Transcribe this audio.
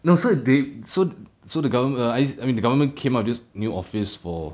no so they so so the government I mean the government came out just new office for